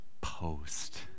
post